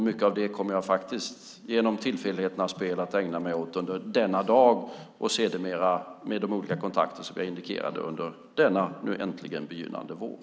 Mycket av detta kommer jag faktiskt genom tillfälligheternas spel att ägna mig åt under denna dag och sedermera med de olika kontakter som jag indikerade under denna nu äntligen begynnande vår.